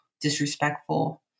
disrespectful